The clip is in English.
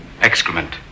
excrement